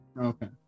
Okay